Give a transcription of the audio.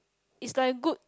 it's by good